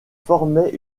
formaient